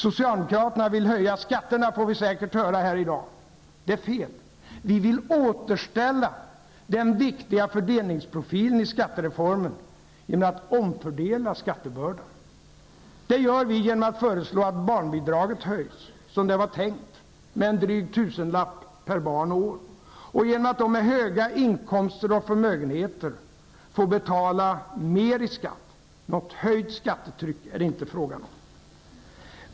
Vi får säkert höra här i dag att socialdemokraterna vill höja skatterna. Det är fel. Vi vill återställa den viktiga fördelningsprofilen i skattereformen genom att omfördela skattebördan. Det gör vi genom att föreslå att barnbidraget höjs, som det var tänkt, med en dryg tusenlapp per barn och år och genom att de som har höga inkomster och stora förmögenheter får betala mer i skatt. Något höjt skattetryck är det inte fråga om.